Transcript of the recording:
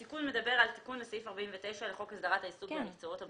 התיקון מדבר על תיקון לסעיף 49 לחוק הסדרת העיסוק במקצועות הבריאות.